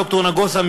ד"ר נגוסה,